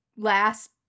last